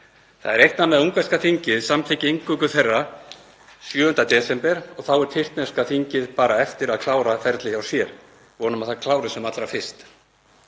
Það er reiknað með að ungverska þingið samþykki inngöngu þeirra 7. desember og þá á tyrkneska þingið bara eftir að klára ferlið hjá sér. Vonum að það klárist sem allra fyrst.